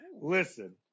Listen